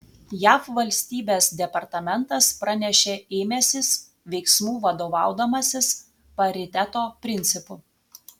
jav valstybės departamentas pranešė ėmęsis veiksmų vadovaudamasis pariteto principu